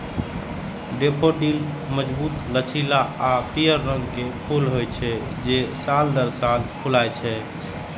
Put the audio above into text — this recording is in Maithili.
डेफोडिल मजबूत, लचीला आ पीयर रंग के फूल होइ छै, जे साल दर साल फुलाय छै